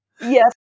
Yes